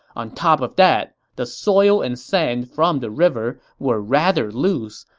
on top of that, the soil and sand from the river were rather loose,